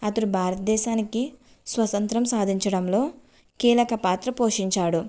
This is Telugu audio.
అతడు భారతదేశానికి స్వతంత్రం సాధించడంలో కీలక పాత్ర పోషించాడు